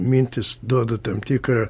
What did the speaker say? mintys duoda tam tikrą